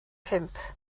pump